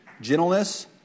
gentleness